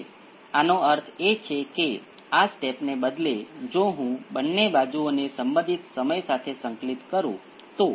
હવે આનો natural response માત્ર એક્સ્પોનેંસિયલ p 2 t હશે